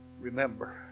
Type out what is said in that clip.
remember